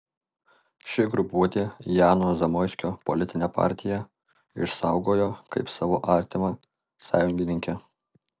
ši grupuotė jano zamoiskio politinę partiją išsaugojo kaip savo artimą sąjungininkę